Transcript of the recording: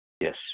Yes